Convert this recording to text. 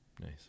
nice